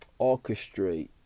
orchestrate